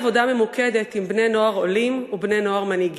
אוכלוסיות, בני-נוער, צעירים ונשים,